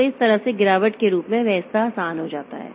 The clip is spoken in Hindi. तो इस तरह एक गिरावट के रूप में वह हिस्सा आसान हो जाता है